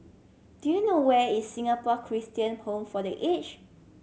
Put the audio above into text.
do you know where is Singapore Christian Home for The Aged